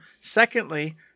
Secondly